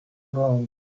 around